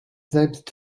selbst